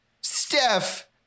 Steph